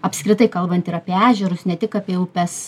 apskritai kalbant ir apie ežerus ne tik apie upes